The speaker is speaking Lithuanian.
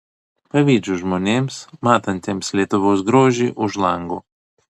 pavydžiu žmonėms matantiems lietuvos grožį už lango